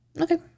Okay